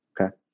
Okay